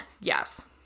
yes